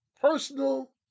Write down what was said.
personal